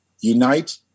unite